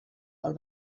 pel